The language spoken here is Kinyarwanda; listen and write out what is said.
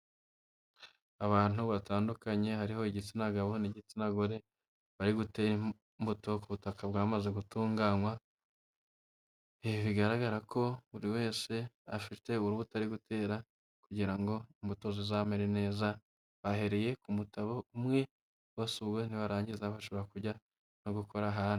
Abantu batandukanye hariho igitsina gabo n'igitsina gore, bari gutera imbuto ku butaka bwamaze gutunganywa, ibi bigaragara ko buri wese afite urubuto ari gutera kugira ngo imbuto zizamere neza, bahereye ku mutabo umwe basuwe, nibarangiza bashobora kujya no gukora ahandi.